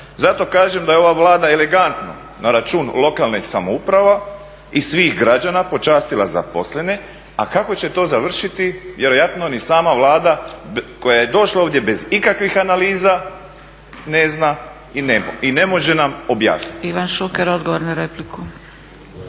Zato kažem da je ova Vlada elegantno na račun lokalnih samouprava i svih građana počastila zaposlene, a kako će to završiti vjerojatno ni sama Vlada koja je došla ovdje bez ikakvih analiza ne zna i ne može nam objasniti.